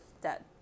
dead